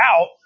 out